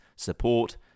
support